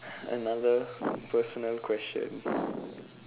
another personal question